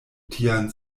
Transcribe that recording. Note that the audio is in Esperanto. tian